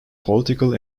political